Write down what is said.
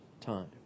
time